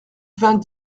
vingt